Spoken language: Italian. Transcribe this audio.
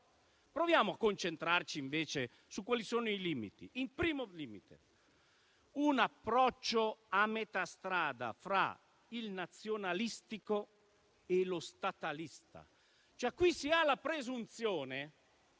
Proviamo a concentrarci, invece, su quali sono i limiti. Il primo limite è un approccio a metà strada fra il nazionalistico e lo statalista. Qui si ha la presunzione